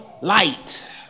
light